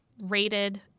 rated